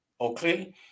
Okay